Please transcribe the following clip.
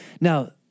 Now